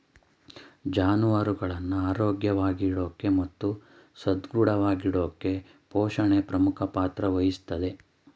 ಜಾನುವಾರುಗಳನ್ನ ಆರೋಗ್ಯವಾಗಿಡೋಕೆ ಮತ್ತು ಸದೃಢವಾಗಿಡೋಕೆಪೋಷಣೆ ಪ್ರಮುಖ ಪಾತ್ರ ವಹಿಸ್ತದೆ